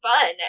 fun